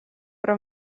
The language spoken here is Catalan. però